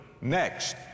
Next